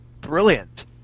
brilliant